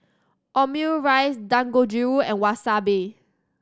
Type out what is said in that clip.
Omurice Dangojiru and Wasabi